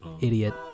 idiot